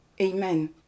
amen